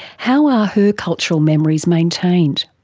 how are her cultural memories maintained?